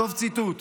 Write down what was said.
סוף ציטוט.